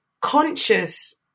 conscious